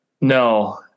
No